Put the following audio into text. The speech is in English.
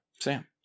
Sam